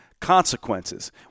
consequences